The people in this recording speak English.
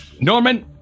Norman